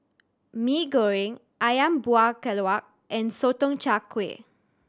Mee Goreng Ayam Buah Keluak and Sotong Char Kway